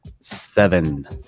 seven